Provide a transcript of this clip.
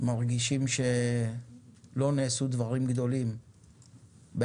אנחנו מרגישים שלא נעשו דברים גדולים עם